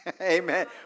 Amen